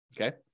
Okay